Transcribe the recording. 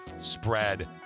spread